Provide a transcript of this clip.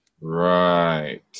Right